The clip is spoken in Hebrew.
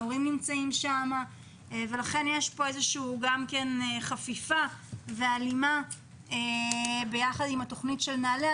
ההורים שם ויש פה חפיפה והלימה ביחד עם התוכנית של נעל"ה.